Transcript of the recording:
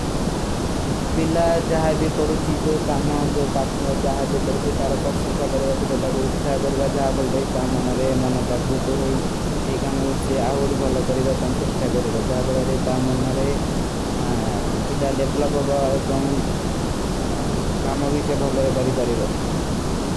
ପିଲା କରୂପା ସାରୋୀ କା ସାଦେଯା ହୁଈ ମାରେ କା ଜାଗ୍ରୋତ ଜାଡଚାନ କୋ ବାଦ ମତନା ଗତନା କରେଗା। ତମନନରେ କିଛୀ ତା ଡେଵଲପ ହୋଗା ଏପନୋଂ କାମ ଵୀଶେ ଭଲେ କରୀ ଭାରୀ ଵୋ।